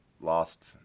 Lost